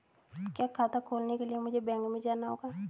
क्या खाता खोलने के लिए मुझे बैंक में जाना होगा?